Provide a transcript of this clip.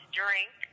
drink